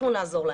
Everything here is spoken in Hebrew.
אנחנו נעזור להם.